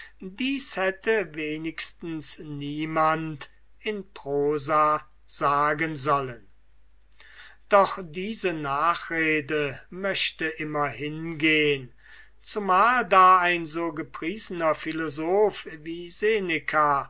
dies hätte wenigstens niemand in prosa sagen sollen doch diese nachrede möchte immer hingehen zumal da ein so gepriesener philosoph wie seneca